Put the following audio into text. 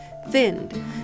thinned